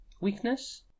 weakness